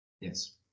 Yes